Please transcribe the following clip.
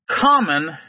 common